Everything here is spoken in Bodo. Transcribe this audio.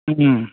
ओम